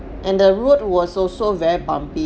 and the road was also very bumpy